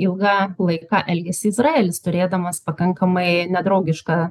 ilga laiką elgėsi izraelis turėdamas pakankamai nedraugišką